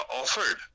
offered